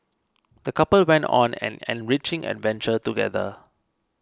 the couple went on an enriching adventure together